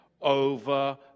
over